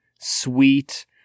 sweet